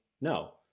no